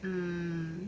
hmm